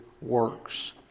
works